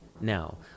now